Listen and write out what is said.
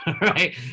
Right